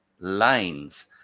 lines